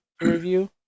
review